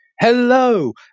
Hello